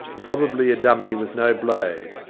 and probably a dummy with no blade.